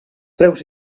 preus